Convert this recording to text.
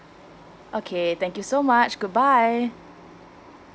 okay thank you so much goodbye